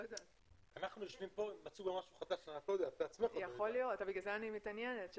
אנחנו יושבים כאן ומצאו משהו חדש שאת בעצמך עוד לא יודעת.